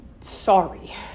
Sorry